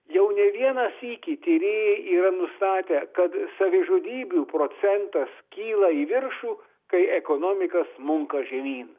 jau ne vieną sykį tyrėjai yra nustatę kad savižudybių procentas kyla į viršų kai ekonomika smunka žemyn